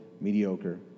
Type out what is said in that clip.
mediocre